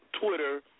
Twitter